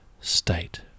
state